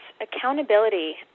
accountability